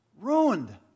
ruined